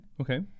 Okay